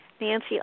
Nancy